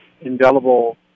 indelible